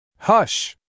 Hush